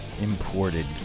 imported